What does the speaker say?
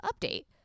update